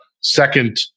second